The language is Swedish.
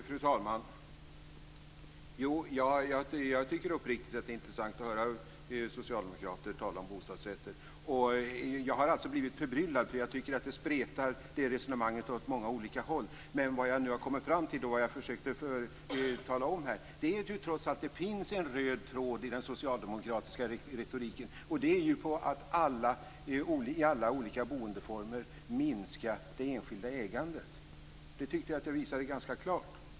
Fru talman! Jo, jag tycker uppriktigt att det är intressant att höra socialdemokrater tala om bostadsrätter. Men jag har blivit förbryllad därför att jag tycker att resonemanget spretar åt många olika håll. Vad jag har kommit fram till och som jag försökte tala om här är att det trots allt finns en röd tråd i den socialdemokratiska retoriken, nämligen att i alla olika boendeformer minska det enskilda ägandet. Det tycker jag att jag visade ganska klart.